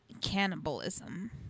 cannibalism